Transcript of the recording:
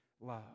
love